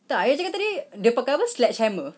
tak ayah cakap tadi dia pakai apa sledgehammer